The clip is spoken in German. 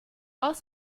aus